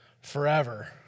Forever